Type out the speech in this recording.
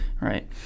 Right